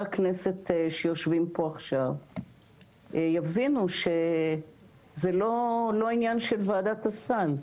הכנסת שיושבים פה עכשיו יבינו שזה לא העניין של וועדת הסל,